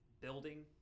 building